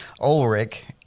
Ulrich